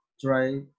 try